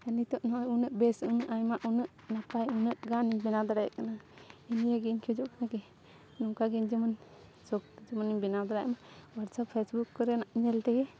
ᱱᱤᱛᱚᱜ ᱱᱚᱜᱼᱚᱭ ᱩᱱᱟᱹᱜ ᱵᱮᱥ ᱩᱱᱟᱹᱜ ᱟᱭᱢᱟ ᱩᱱᱟᱹᱜ ᱱᱟᱯᱟᱭ ᱩᱱᱟᱹᱜ ᱜᱟᱱ ᱤᱧ ᱵᱮᱱᱟᱣ ᱫᱟᱲᱮᱭᱟᱜ ᱠᱟᱱᱟ ᱤᱧ ᱱᱤᱭᱟᱹᱜᱮᱧ ᱠᱷᱚᱡᱚᱜ ᱠᱟᱱᱟ ᱠᱤ ᱱᱚᱝᱠᱟ ᱜᱮᱧ ᱡᱮᱢᱚᱱ ᱥᱚᱠᱷᱛᱮ ᱡᱮᱢᱚᱱᱤᱧ ᱵᱮᱱᱟᱣ ᱫᱟᱲᱮᱭᱟᱜ ᱢᱟ ᱦᱳᱣᱟᱴᱥᱮᱯ ᱯᱷᱮᱥᱵᱩᱠ ᱠᱚᱨᱮᱱᱟᱜ ᱧᱮᱞ ᱛᱮᱜᱮ